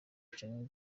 canke